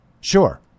sure